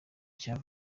cya